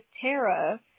Tara